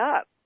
up